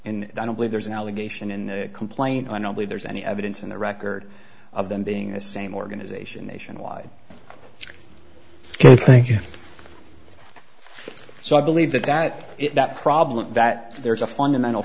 in i don't believe there's an allegation in the complaint i don't believe there's any evidence in the record of them being a same organization nationwide thank you so i believe that that that problem that there is a fundamental